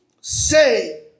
say